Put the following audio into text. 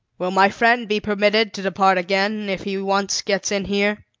will my friend be permitted to depart again, if he once gets in here?